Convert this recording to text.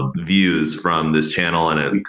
um views from this channel and it and